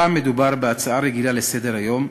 הפעם מדובר בהצעה רגילה לסדר-היום,